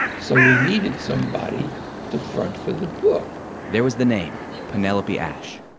so we needed somebody different for the book there was the name penelope asch.